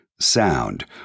Sound